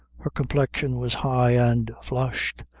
her complexion was high and flushed,